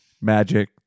Magic